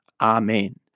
Amen